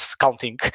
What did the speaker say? counting